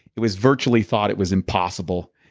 it was virtually thought it was impossible.